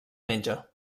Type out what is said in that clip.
menja